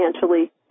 financially